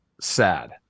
sad